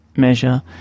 measure